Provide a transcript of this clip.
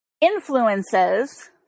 influences